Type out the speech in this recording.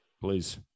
please